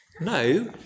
No